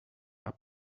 are